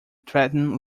threaten